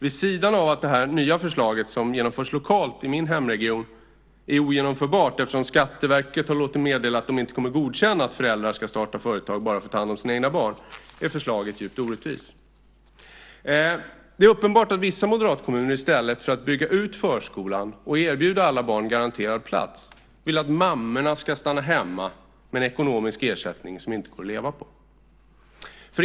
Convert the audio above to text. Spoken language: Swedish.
Vid sidan av att det här nya förslaget som genomförs lokalt i min hemregion är ogenomförbart, eftersom Skatteverket har låtit meddela att man inte kommer att godkänna att föräldrar ska starta företag bara för att ta hand om sina egna barn, är förslaget djupt orättvist. Det är uppenbart att vissa moderatkommuner i stället för att bygga ut förskolan och erbjuda alla barn garanterad plats vill att mammorna ska stanna hemma med en ekonomisk ersättning som inte går att leva på.